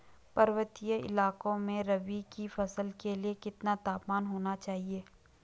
पर्वतीय इलाकों में रबी की फसल के लिए कितना तापमान होना चाहिए?